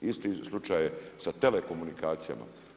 Isti slučaj je sa telekomunikacijama.